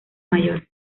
mayor